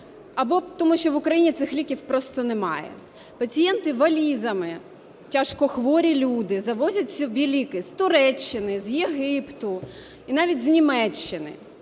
або тому що в Україні цих ліків просто немає. Пацієнти валізами, тяжко хворі люди завозять собі ліки з Туреччини, з Єгипту і навіть з Німеччини.